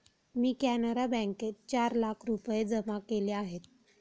मी कॅनरा बँकेत चार लाख रुपये जमा केले आहेत